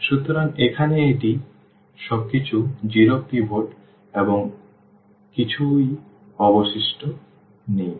সুতরাং এখানে এটি এখানে সবকিছু 0 পিভট এবং কিছুই অবশিষ্ট নেই